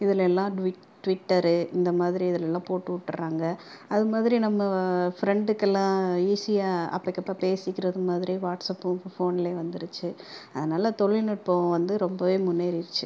இதுலெல்லாம் twit twitter இந்த மாதிரி இதுலெல்லா போட்டு விட்டுடறாங்க அது மாதிரி நம்ம ஃப்ரெண்டுக்கெல்லாம் ஈஸியாக அப்பைக்கு அப்போ பேசிக்கிறது மாதிரி வாட்ஸ்அப்பும் ஃபோன்லேயே வந்துடுச்சு அதனாலே தொழில்நுட்போம் வந்து ரொம்பவே முன்னேறிடுச்சு